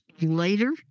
later